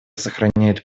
сохраняет